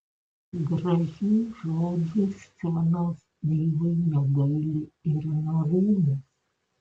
gražių žodžių scenos divai negaili ir merūnas